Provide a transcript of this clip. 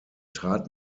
trat